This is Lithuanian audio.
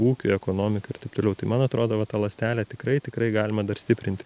ūkiui ekonomikai ir taip toliau tai man atrodo va tą ląstelę tikrai tikrai galima dar stiprinti